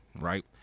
right